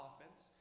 offense